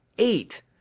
eight.